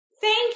Thank